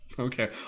okay